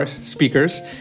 speakers